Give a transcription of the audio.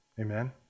Amen